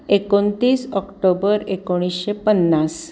एकोणतीस ऑक्टोबर एकोणीशे पन्नास